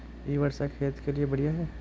इ वर्षा खेत के लिए बढ़िया है?